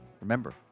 Remember